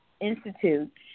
Institute